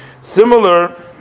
Similar